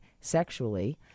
sexually